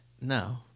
No